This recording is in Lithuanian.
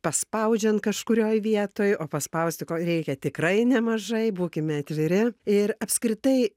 paspaudžiant kažkurioj vietoj o paspausti ko reikia tikrai nemažai būkime atviri ir apskritai